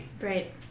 Right